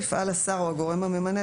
יפעל השר או הגורם הממנה,